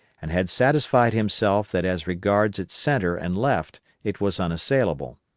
and had satisfied himself that as regards its centre and left it was unassailable.